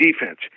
defense